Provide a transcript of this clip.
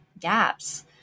gaps